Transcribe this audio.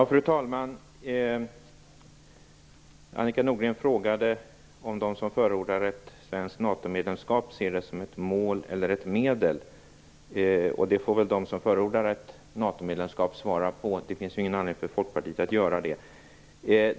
Fru talman! Annika Nordgren frågade om de som förordar ett svenskt NATO-medlemskap ser det som ett mål eller ett medel. Det får de som förordar ett medlemskap svara på. Det finns ingen anledning för Folkpartiet att göra det.